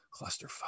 clusterfuck